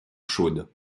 chaude